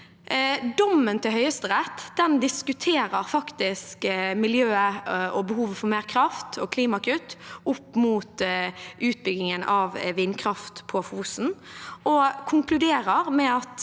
Dommen til Høyesterett diskuterer faktisk miljøet, behovet for mer kraft og klimakutt opp mot utbyggingen av vindkraft på Fosen og konkluderer med at